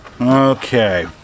Okay